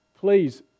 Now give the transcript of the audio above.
please